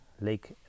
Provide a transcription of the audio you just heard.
Lake